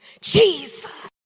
Jesus